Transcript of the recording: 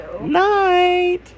Night